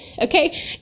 okay